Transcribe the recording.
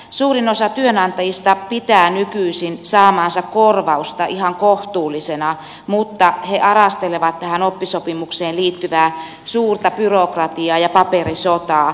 suurin osa työnantajista pitää nykyisin saamaansa korvausta ihan kohtuullisena mutta he arastelevat tähän oppisopimukseen liittyvää suurta byrokratiaa ja paperisotaa